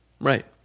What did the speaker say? right